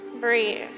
Breathe